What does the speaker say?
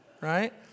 right